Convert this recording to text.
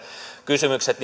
kysymykset